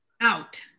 out